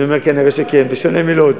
אני אומר, כנראה כן, זה שונה מלוד.